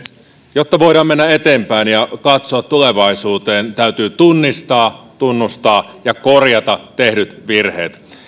jotta voidaan mennä eteenpäin ja katsoa tulevaisuuteen täytyy tunnistaa tunnustaa ja korjata tehdyt virheet